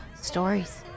stories